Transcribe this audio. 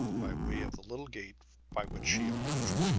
by way of the little gate by which she emerged.